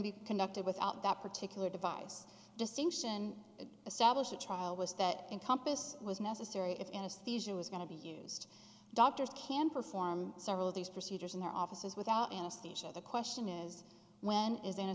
be conducted without that particular device distinction established at trial was that encompass was necessary if anesthesia was going to be used doctors can perform several of these procedures in their offices without anesthesia the question is when is